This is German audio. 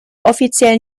offiziell